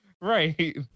right